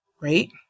right